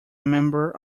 member